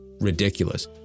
ridiculous